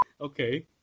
Okay